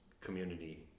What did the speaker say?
community